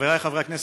חברי חברי הכנסת,